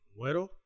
Muero